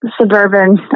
suburban